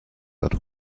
that